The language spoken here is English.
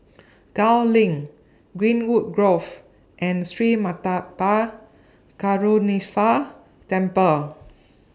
Gul LINK Greenwood Grove and Sri Karuneshvarar Temple